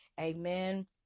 Amen